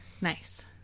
Nice